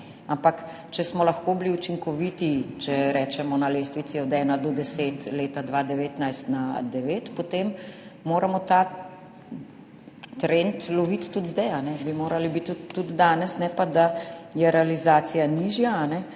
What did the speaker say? ampak če smo lahko bili učinkoviti, če rečemo na lestvici od ena do 10 leta 2019 na devet, potem moramo ta trend loviti tudi zdaj, bi morali biti tudi danes, ne pa da je realizacija nižja.